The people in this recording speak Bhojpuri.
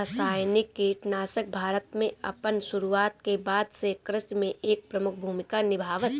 रासायनिक कीटनाशक भारत में अपन शुरुआत के बाद से कृषि में एक प्रमुख भूमिका निभावता